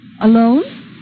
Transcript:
Alone